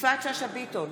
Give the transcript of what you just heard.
יפעת שאשא ביטון,